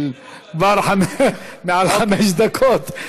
אבל כבר מעל חמש דקות.